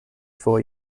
for